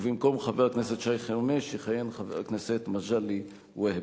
ובמקום חבר הכנסת שי חרמש יכהן חבר הכנסת מגלי והבה.